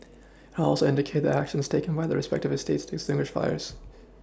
helps indicate the actions taken by the respective eStates to extinguish fires